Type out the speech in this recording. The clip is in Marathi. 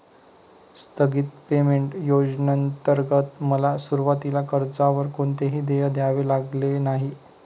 स्थगित पेमेंट योजनेंतर्गत मला सुरुवातीला कर्जावर कोणतेही देय द्यावे लागले नाही